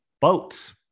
boats